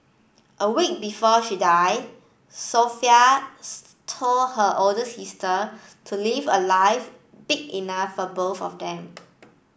a week before she died Sophie is told her older sister to live a life big enough for both of them